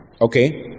Okay